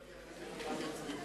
לאחר מכן כולם יצביעו